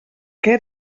què